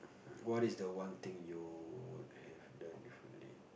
what is the one thing you would have done differently